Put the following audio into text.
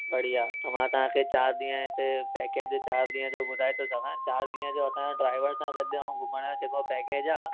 बढ़िया त मां तव्हांखे चारि ॾींहं हिते पैकेज चारि ॾींहंनि जो ॿुधाए थो छॾियां चारि ॾींहं जो असांजो ड्राइवर सां गॾु ऐं घुमण जो जेको पेकेज आहे